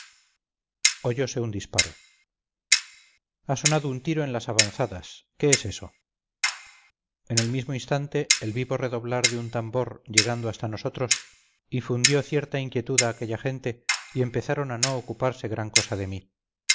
oyose un disparo ha sonado un tiro en las avanzadas qué es eso en el mismo instante el vivo redoblar de un tambor llegando hasta nosotros infundió cierta inquietud a aquella gente y empezaron a no ocuparse gran cosa de mí